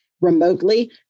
remotely